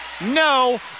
no